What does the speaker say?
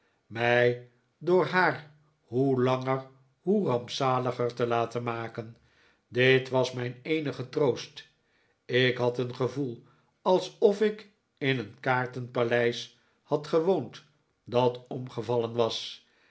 mij door haar hoe langer hoe rampzaliger te laten maken dit was mijn eenige troost ik had een gevoel alsof ik in een kaartenpaleis had gewoond dat omgevallen was